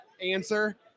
answer